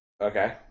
okay